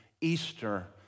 Easter